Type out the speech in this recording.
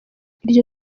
iryo